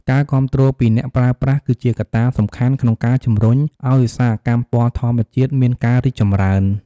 ការគាំទ្រពីអ្នកប្រើប្រាស់គឺជាកត្តាសំខាន់ក្នុងការជំរុញឱ្យឧស្សាហកម្មពណ៌ធម្មជាតិមានការរីកចម្រើន។